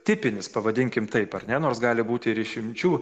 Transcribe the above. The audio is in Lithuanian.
tipinis pavadinkim taip ar ne nors gali būt ir išimčių